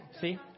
See